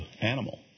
animal